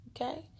okay